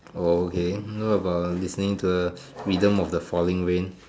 oh okay what about listening to the rhythm of the falling rain